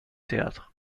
théâtre